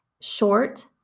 Short